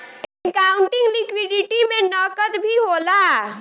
accounting liquidity में नकद भी होला